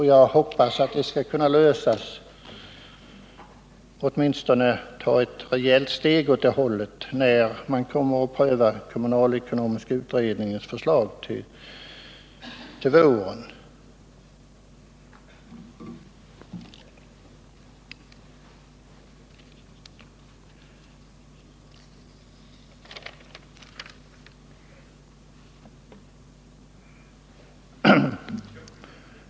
Jag hoppas att detta skall kunna lösas eller åtminstone att vi tar ett rejält steg åt det hållet när prövningen av kommunalekonomiska utredningens förslag kommer att ske till våren.